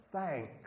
thanks